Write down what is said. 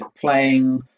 playing